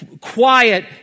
quiet